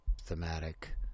thematic